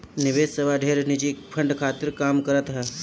निवेश सेवा ढेर निजी फंड खातिर काम करत हअ